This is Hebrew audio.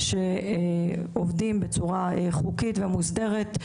עובדים בצורה חוקית ומוסדרת,